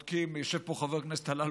יושב פה חבר הכנסת אלאלוף,